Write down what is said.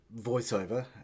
voiceover